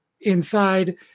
inside